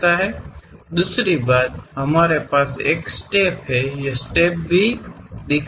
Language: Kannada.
ಎರಡನೆಯ ವಿಷಯ ನಮಗೆ ಒಂದು ಹೆಜ್ಜೆ ಇದೆ ಅದನ್ನು ಹಂತವನ್ನು ನೋಡಬಹುದು